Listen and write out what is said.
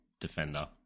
defender